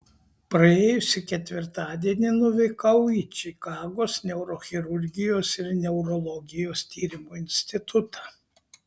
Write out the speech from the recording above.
praėjusį ketvirtadienį nuvykau į čikagos neurochirurgijos ir neurologijos tyrimų institutą